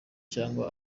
cyangwa